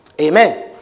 Amen